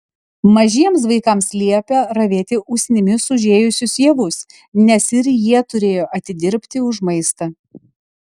mažiems vaikams liepė ravėti usnimis užėjusius javus nes ir jie turėjo atidirbti už maistą